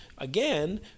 Again